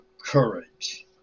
Courage